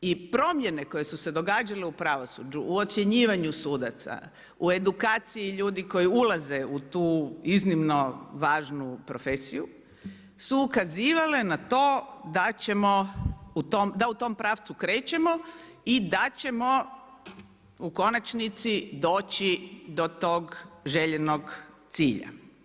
I promjene koje su se događale u pravosuđu u ocjenjivanju sudaca, u edukaciju ljudi koji ulaze u tu iznimno važnu profesiju su ukazivali na to da ćemo, da u tom pravcu krećemo i da ćemo u konačnici doći do tog željenog cilja.